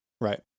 right